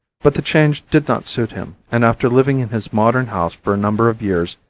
but the change did not suit him, and after living in his modern house for a number of years,